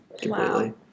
completely